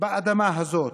באדמה הזאת.